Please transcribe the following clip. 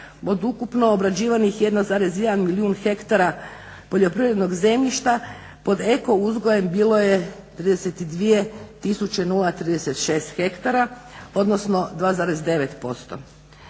ukupno obrađivanih 1,1 milijun hektara poljoprivrednog zemljišta pod eko uzgojem bilo je 32,036 hektara odnosno 2,9%.